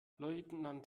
leutnant